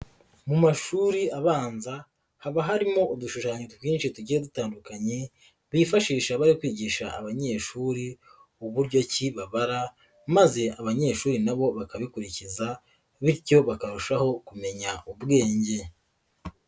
Mu mashuri abanza haba harimo udushushanyo twinshi tugiye dutandukanye bifashisha bari kwigisha abanyeshuri uburyo ki babara maze abanyeshuri na bo bakabikurikiza bityo bakarushaho kumenya ubwenge.